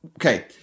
Okay